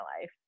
life